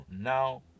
Now